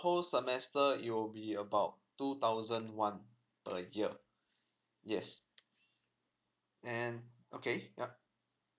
whole semester it will be about two thousand one per year yes and okay ya